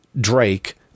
Drake